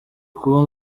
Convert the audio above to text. kuba